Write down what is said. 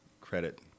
credit